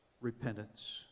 repentance